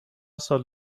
سال